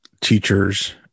teachers